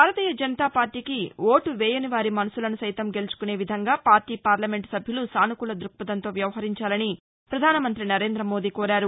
భారతీయ జనతాపార్లీకి vote వేయని వారి మనసులను సైతం గెలుచుకునే విధంగా పార్లీ పార్లమెంటు సభ్యులు సాసుకూల ద్భక్పధంతో వ్యవహరించాలని ప్రధాస మంత్రి నరేంద్రమోదీ కోరారు